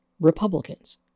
Republicans